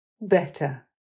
Better